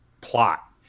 plot